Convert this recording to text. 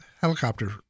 helicopter